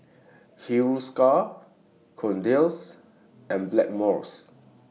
Hiruscar Kordel's and Blackmores